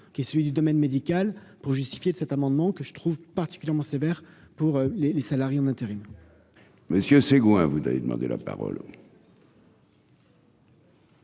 qui est celui du domaine médical pour justifier cet amendement que je trouve particulièrement sévères pour les les salariés en intérim. Monsieur Seguin, vous avez demandé la parole.